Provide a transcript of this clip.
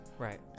Right